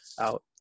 out